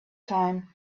time